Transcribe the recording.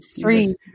three